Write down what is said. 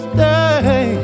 Stay